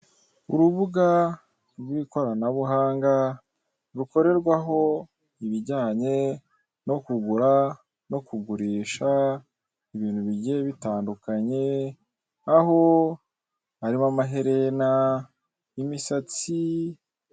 Urubuga rw'ikoranabuhanga rukorerwaho ibijyanye no kugura no kugurisha ibintu bigiye bitandukanye aho harimo amaherena, imisatsi,..